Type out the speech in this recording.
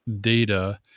data